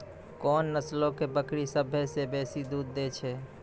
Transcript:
कोन नस्लो के बकरी सभ्भे से बेसी दूध दै छै?